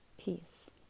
Peace